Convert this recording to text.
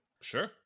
Sure